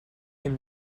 him